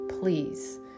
please